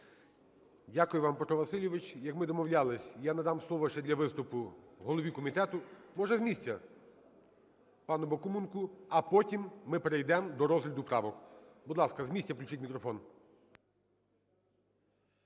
Дякую вам, Петро Васильович. Як ми і домовлялись, я надам слово ще для виступу голові комітету. Може, з місця? Пану Бакуменку. А потім ми перейдемо до розгляду правок. Будь ласка, з місця включіть мікрофон.